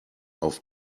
auf